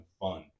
fun